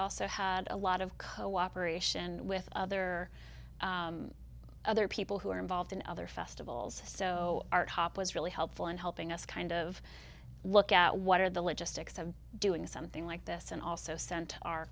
also had a lot of cooperation with other other people who are involved in other festivals so our top was really helpful in helping us kind of look at what are the logistics of doing something like this and also sent our